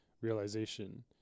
realization